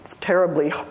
terribly